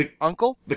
uncle